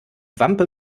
wampe